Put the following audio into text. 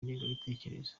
ngengabitekerezo